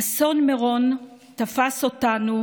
אסון מירון תפס אותנו,